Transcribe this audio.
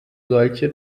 solche